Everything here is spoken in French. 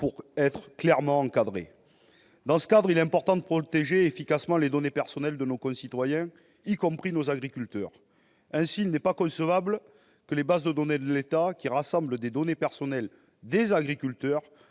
doit être clairement encadrée. Dans ce cadre, il est important de protéger efficacement les données personnelles de nos concitoyens, y compris de nos agriculteurs. Ainsi, il n'est pas concevable que les bases de données de l'État, qui rassemblent des données personnelles des agriculteurs,